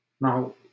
Now